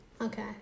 Okay